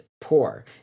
poor